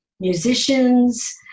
musicians